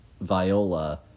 viola